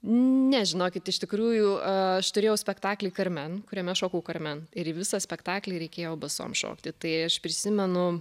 ne žinokit iš tikrųjų aš turėjau spektaklį karmen kuriame šokau karmen ir į visą spektaklį reikėjo basom šokti tai aš prisimenu